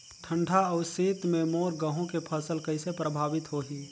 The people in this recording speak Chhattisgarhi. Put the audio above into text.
ठंडा अउ शीत मे मोर गहूं के फसल कइसे प्रभावित होही?